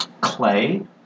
clay